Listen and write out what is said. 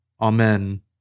Amen